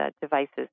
devices